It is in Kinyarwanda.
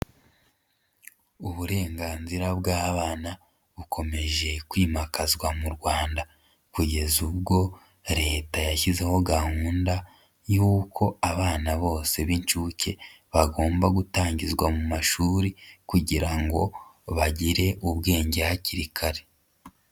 Uburenganzira bw'abana bukomeje kwimakazwa mu Rwanda, kugeza ubwo leta yashyizeho gahunda y'uko abana bose b'inshuke bagomba gutangizwa mu mashuri kugira ngo bagire ubwenge hakiri kare.